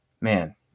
man